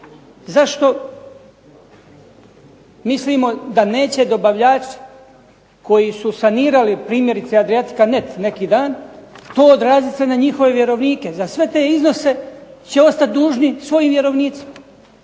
Zašto, mislimo da neće dobavljač koji su sanirali primjerice Adriatica.net neki dan, to odraziti se na njihove vjerovnike. Za sve te iznose će ostati dužni svojim vjerovnicima.